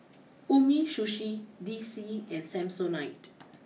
Umisushi D C and Samsonite